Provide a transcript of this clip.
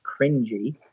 cringy